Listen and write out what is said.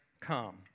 come